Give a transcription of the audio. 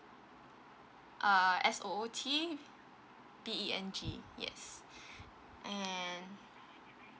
uh S O O T B E N G yes and